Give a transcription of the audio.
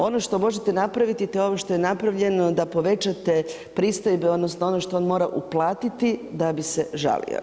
Ono što možete napraviti to je ono što je napravljeno da povećate pristojbe, odnosno ono što on mora uplatiti da bi se žalio.